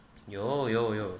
有有有